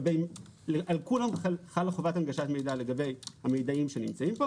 על כולם חלה חובת הנגשת מידע לגבי המידעים שנמצאים פה.